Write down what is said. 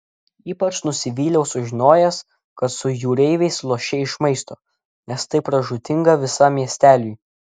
ypač nusivyliau sužinojęs kad su jūreiviais lošei iš maisto nes tai pražūtinga visam miesteliui